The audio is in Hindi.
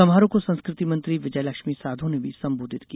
समारोह को संस्कृति मंत्री विजयलक्ष्मी साधो ने भी संबोधित किया